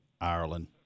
Ireland